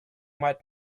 might